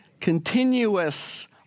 continuous